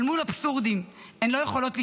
אבל מול אבסורדים הן לא יכולות לשתוק,